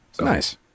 Nice